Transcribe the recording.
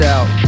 Out